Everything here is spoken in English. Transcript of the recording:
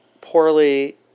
poorly